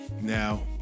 Now